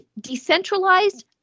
decentralized